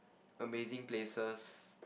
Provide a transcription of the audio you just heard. amazing places